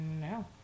No